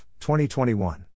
2021